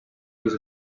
was